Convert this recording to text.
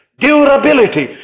Durability